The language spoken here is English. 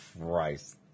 Christ